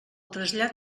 trasllat